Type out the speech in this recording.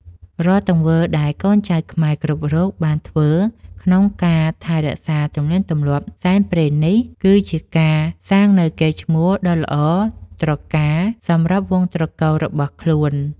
រាល់ទង្វើដែលកូនចៅខ្មែរគ្រប់រូបបានធ្វើក្នុងការថែរក្សាទំនៀមទម្លាប់សែនព្រេននេះ គឺជាការសាងនូវកេរ្តិ៍ឈ្មោះដ៏ល្អត្រកាលសម្រាប់វង្សត្រកូលរបស់ខ្លួន។